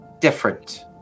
different